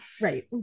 Right